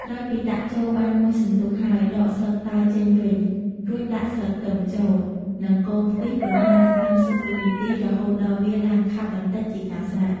ក្រោយពីដាក់ចូលបានមួយសន្ទុះហើយ ដកស្លឹកតើយចេញវិញ រួចដាក់ស្លឹកខ្ទឹមចូល និងកូរខ្ទិះប្រហែល៣០វិនាទី រហូតដល់វាឡើងខាប់បន្តិច ជាការស្រេច។